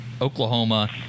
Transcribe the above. oklahoma